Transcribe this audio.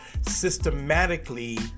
systematically